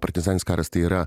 partizaninis karas tai yra